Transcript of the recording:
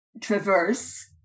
traverse